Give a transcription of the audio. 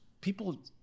people